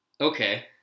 Okay